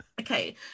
okay